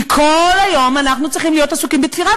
כי כל היום אנחנו צריכים להיות עסוקים בתפירה.